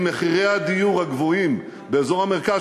עם מחירי הדיור הגבוהים באזור המרכז,